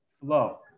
flow